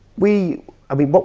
we i mean, but